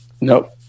Nope